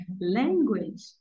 language